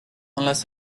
unless